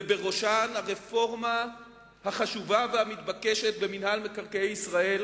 ובראשן הרפורמה החשובה והמתבקשת במינהל מקרקעי ישראל,